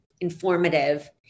informative